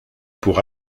pour